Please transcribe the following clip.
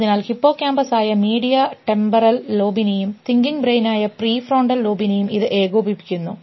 അതിനാൽ ഹിപ്പോകാമ്പസ് ആയ medial temporal ലോബിനെയും തിങ്കിംഗ് ബ്രെയിൻ ആയ പ്രീഫ്രോണ്ടൽ ലോബിനെയും ഇത് ഏകോപിപ്പിക്കുന്നു